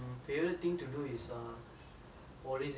with ah ma because like